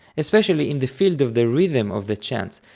especially in the field of the rhythm of the chants,